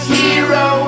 hero